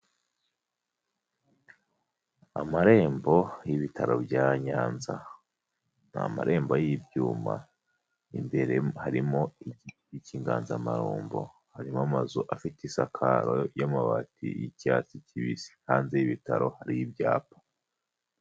Amarembo y'ibitaro bya nyanza. Ni amarembo y'ibyuma imbere harimo igiti cy'inganzamarumbo harimo amazu afite isakaro y'amabati y'icyatsi kibisi, hanze y'ibitaro hari ibyapa.